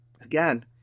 Again